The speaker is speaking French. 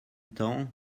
temps